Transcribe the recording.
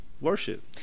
worship